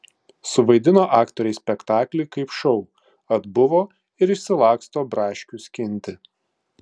suvaidino aktoriai spektaklį kaip šou atbuvo ir išsilaksto braškių skinti